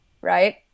right